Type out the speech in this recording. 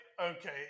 okay